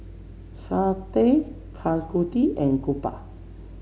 Satya Tanguturi and Gopal